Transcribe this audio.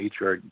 HR